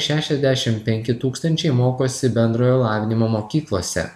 šešiasdešim penki tūkstančiai mokosi bendrojo lavinimo mokyklose